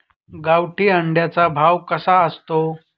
गावठी अंड्याचा भाव कसा असतो?